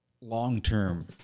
long-term